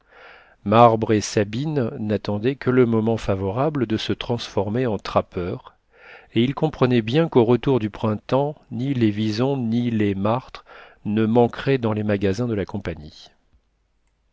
marbre et sabine n'attendaient que le moment favorable de se transformer en trappeurs et ils comprenaient bien qu'au retour du printemps ni les wisons ni les martres ne manqueraient dans les magasins de la compagnie